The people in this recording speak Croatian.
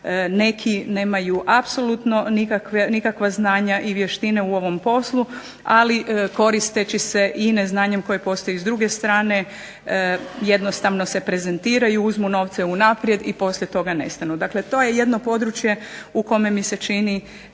neki nemaju apsolutno nikakva znanja i vještine u ovom poslu, ali koristeći se i neznanjem koje postoji s druge strane, jednostavno se prezentiraju uzmu novce unaprijed i poslije toga nestanu. To je jedno područje u kojem mi se čini